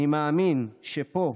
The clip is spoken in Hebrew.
אני מאמין שפה,